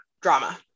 drama